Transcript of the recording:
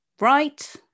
Right